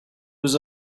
was